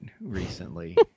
recently